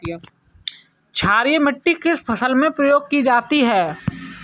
क्षारीय मिट्टी किस फसल में प्रयोग की जाती है?